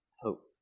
hope